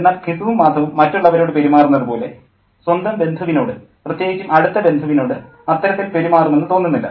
എന്നാൽ ഘിസുവും മാധവും മറ്റുള്ളവരോട് പെരുമാറുന്നത് പോലെ സ്വന്തം ബന്ധുവിനോട് പ്രത്യേകിച്ചും അടുത്ത ബന്ധുവിനോട് അത്തരത്തിൽ പെരുമാറുമെന്ന് തോന്നുന്നില്ല